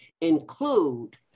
include